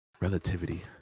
Relativity